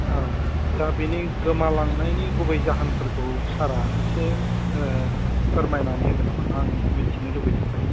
औ दा बेनि गोमालांनायनि गुबै जाहोनफोरखौ सारआ इसे फोरमायनानै होगोन नामा आं मिथिनो लुबैदों तारमाने